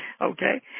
Okay